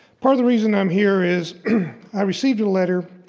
part of the reason i'm here is i received a letter